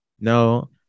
No